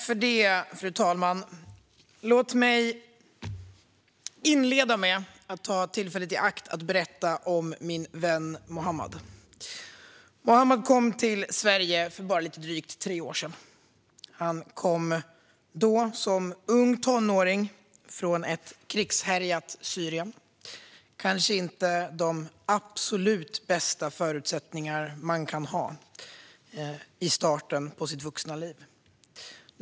Fru talman! Låt mig inleda med att ta tillfället i akt att berätta om min vän Muhammad. Muhammad kom till Sverige för bara lite drygt tre år sedan. Han kom då som ung tonåring från ett krigshärjat Syrien - kanske inte de absolut bästa förutsättningar man kan ha i starten på sitt vuxna liv.